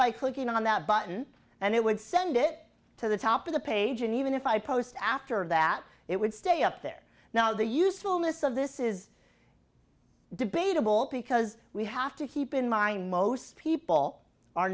by clicking on that button and it would send it to the top of the page and even if i post after that it would stay up there now the usefulness of this is debatable because we have to keep in mind most people are